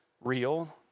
real